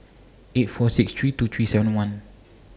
eight four six three two three seven one